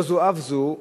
לא זו אף זו,